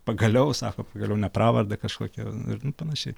pagaliau sako pagaliau ne pravardę kažkokią ir nu panašiai